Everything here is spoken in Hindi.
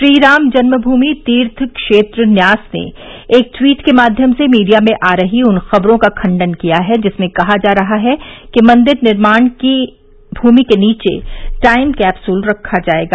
श्रीराम जन्म भूमि तीर्थ क्षेत्र न्यास ने एक ट्वीट के माध्यम से मीडिया में आ रही उन खबरों का खण्डन किया है जिनमें कहा जा रहा है कि मंदिर निर्माण स्थल की भूमि के नीचे टाइम कैप्सूल रखा जाएगा